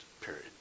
Period